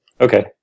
Okay